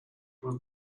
was